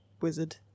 wizard